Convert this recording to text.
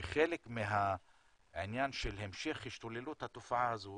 שחלק מהעניין של המשך השתוללות התופעה הזו